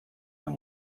them